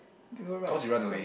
people write so